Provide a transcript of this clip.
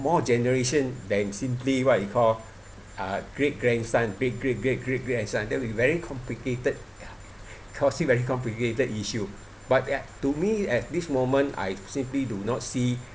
more generation than simply what you call uh great grandson great great great great grandson that will be very complicated causing very complicated issue but uh to me at this moment I simply do not see